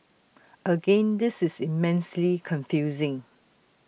again this is immensely confusing